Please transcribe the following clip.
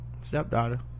stepdaughter